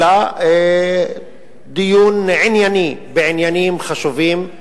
אלא דיון ענייני בעניינים חשובים,